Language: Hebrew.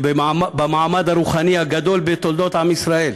ולמעמד הרוחני הגדול בתולדות עם ישראל,